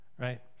right